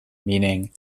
meaning